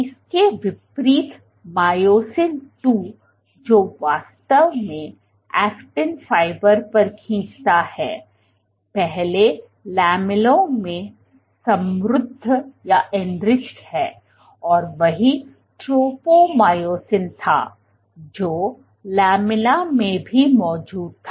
इसके विपरीत myosin II जो वास्तव में ऐक्टिन फाइबर पर खींचता है पहले लामेला में समृद्ध है और वही ट्रोपोमायोसिन था जो लैमिना में भी मौजूद था